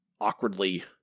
awkwardly